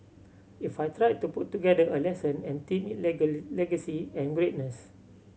if I tried to put together a lesson and themed it legacy and greatness